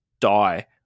die